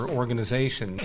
organization